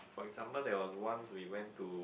for example there was once we went to